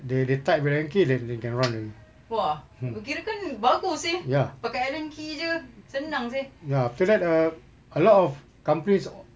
they they tight with allen key then they can run already hmm ya ya after that uh a lot of companies o~